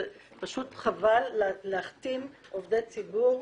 זה פשוט חבל להכתים עובדי ציבור.